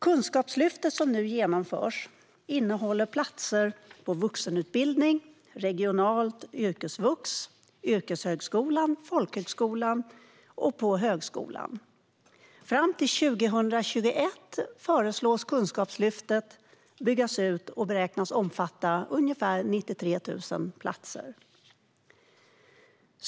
Kunskapslyftet som nu genomförs innehåller platser på vuxenutbildning, regionalt yrkesvux, yrkeshögskolan, folkhögskolan och högskolan. Fram till 2021 föreslås Kunskapslyftet byggas ut och beräknas då omfatta ungefär 93 000 platser.